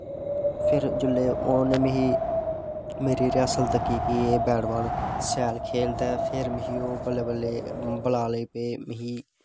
फिर जिसलै उनें मिगी मेरी रयासल तक्की कि एह् बैटबॉल शैल खेलदा ऐ फिर मिगी ओह् बल्लें बल्लें बलाने लगी पे मिगी